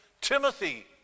Timothy